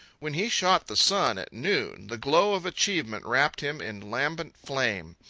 when he shot the sun at noon, the glow of achievement wrapped him in lambent flame.